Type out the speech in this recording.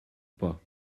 pas